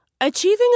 Achieving